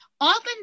often